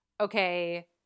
okay